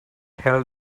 tell